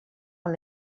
con